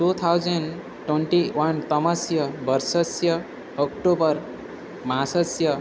two thousand twenty one तमस्य वर्षस्य October मासस्य